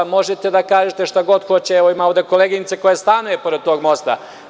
Možete da kažete šta god hoćete, ali ima ovde koleginice koja stanuje pored tog mosta.